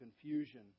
confusion